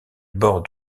bords